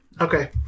Okay